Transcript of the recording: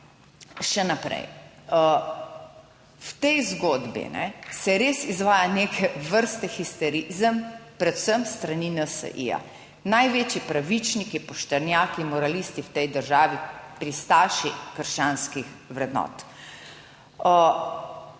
še naprej. V tej zgodbi se res izvaja neke vrste histerizem, predvsem s strani NSi. Največji pravičniki, poštenjaki, moralisti v tej državi, pristaši krščanskih vrednot.